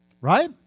Right